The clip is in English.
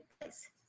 place